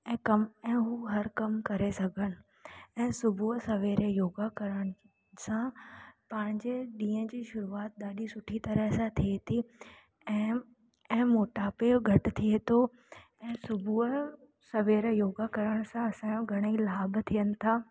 ऐं कमु ऐं हू हर कमु करे सघनि ऐं सुबुह सवेरे योगा करण सां पाण जे ॾींहुं जी शुरूआति ॾाढी सुठी तरह सां थिए थी ऐं ऐं मोटापे घटि थिए थो ऐं सुबुह सवेरे योगा करण सां असांजो घणे ई लाभ थियनि था